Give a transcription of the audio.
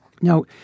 now